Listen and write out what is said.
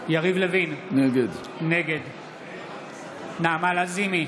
יריב לוין, נגד נעמה לזימי,